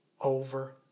over